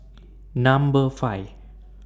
Number five